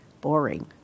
boring